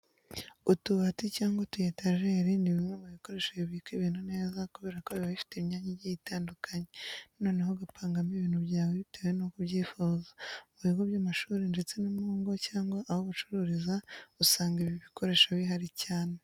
Utubati cyangwa utu etajeri ni bimwe mu bikoresho bibika ibintu neza kubera ko biba bifite imyanya igiye itandukanye, noneho ugapangamo ibintu byawe bitewe nuko ubyifuza. Mu bigo by'amashuri ndetse no mu ngo cyangwa aho bacururiza usanga ibi bikoresho bihari cyane.